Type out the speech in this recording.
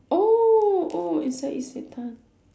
oh oh inside isetan